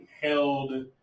held